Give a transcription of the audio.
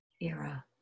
era